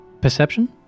Perception